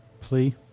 Plea